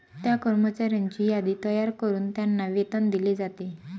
त्या कर्मचाऱ्यांची यादी तयार करून त्यांना वेतन दिले जाते